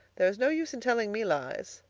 there is no use in telling me lies.